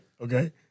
okay